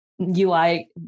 UI